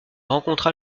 rencontra